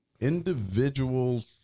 individuals